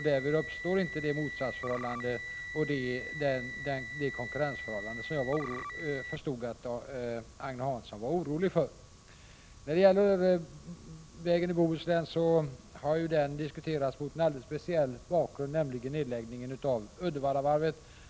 Därvid uppstår inte det motsatsoch konkurrensförhållande som jag förstår att Agne Hansson är orolig för. Vägen i Bohuslän har ju diskuterats mot en alldeles speciell bakgrund, nämligen nedläggningen av Uddevallavarvet.